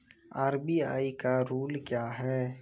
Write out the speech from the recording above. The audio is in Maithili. आर.बी.आई का रुल क्या हैं?